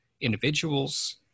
individuals